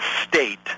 state